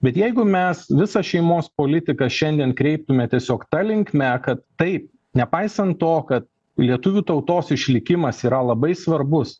bet jeigu mes visą šeimos politiką šiandien kreiptume tiesiog ta linkme kad taip nepaisant to kad lietuvių tautos išlikimas yra labai svarbus